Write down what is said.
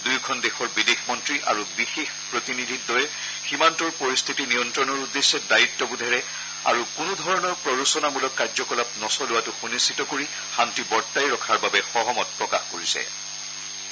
দুয়োখন দেশৰ বিদেশ মন্ত্ৰী আৰু বিশেষ প্ৰতিনিধিদ্বয়ে সীমান্তৰ পৰিস্থিতি নিয়ন্ত্ৰণৰ উদ্দেশ্যে দায়িত্বোধেৰে আৰু কোনোধৰণৰ প্ৰৰোচনামূলক কাৰ্যকলাপ নচলোৱাতো সুনিশ্চিত কৰি শান্তি বৰ্তাই ৰখাৰ বাবে সহমত প্ৰকাশ কৰিছে